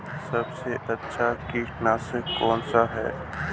सबसे अच्छा कीटनाशक कौनसा है?